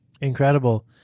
Incredible